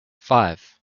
five